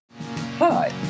Hi